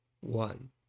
one